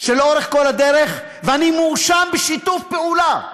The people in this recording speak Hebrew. שלאורך כל הדרך ואני מואשם בשיתוף פעולה,